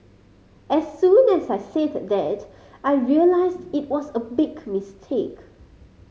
as soon as I said that I realised it was a big mistake